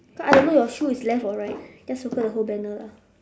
cause I don't know your shoe is left or right just circle the whole banner lah